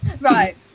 right